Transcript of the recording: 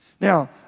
Now